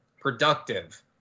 productive